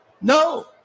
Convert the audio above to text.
No